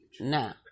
Now